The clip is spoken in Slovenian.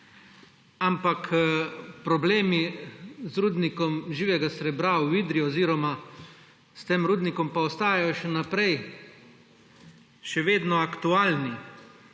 Ampak problemi z rudnikom živega srebra v Idriji oziroma s tem rudnikom pa ostajajo še vedno aktualni.